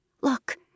Look